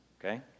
Okay